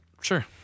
Sure